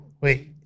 wait